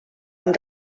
amb